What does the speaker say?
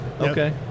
Okay